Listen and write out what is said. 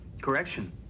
Correction